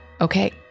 Okay